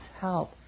help